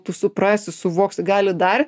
tu suprasi suvoksi gali dar